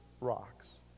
rocks